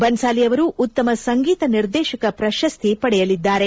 ಬನ್ಲಾಲಿ ಅವರು ಉತ್ತಮ ಸಂಗೀತ ನಿರ್ದೇಶಕ ಪ್ರಶಸ್ತಿ ಪಡೆಯಲಿದ್ದಾರೆ